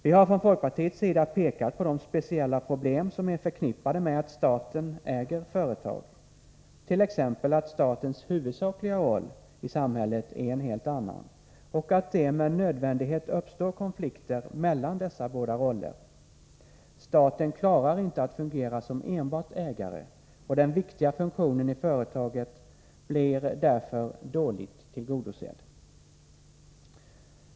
Vi har från folkpartiets sida pekat på de speciella problem som är förknippade med att staten äger företag, t.ex. att statens huvudsakliga roll i samhället är en helt annan och att det med nödvändighet uppstår konflikter mellan dessa båda roller. Staten klarar inte att fungera som enbart ägare, och den viktiga funktionen i företaget blir därför dåligt tillgodosedd.